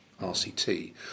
RCT